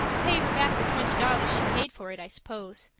pay her back the twenty dollars she paid for it, i suppose.